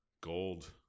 gold